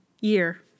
year